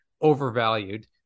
overvalued